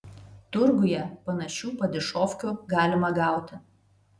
turguje panašių padišofkių galima gauti